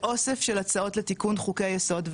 באוסף של הצעות לתיקון חוקי יסוד,